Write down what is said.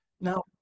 Now